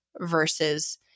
versus